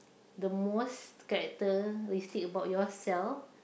the most characteristic about yourself